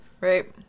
Right